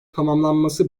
tamamlanması